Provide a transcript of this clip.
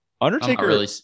Undertaker